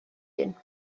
hun